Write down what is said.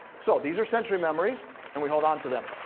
so these are sensory memories and we hold onto them.